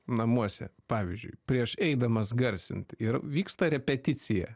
namuose pavyzdžiui prieš eidamas garsinti ir vyksta repeticija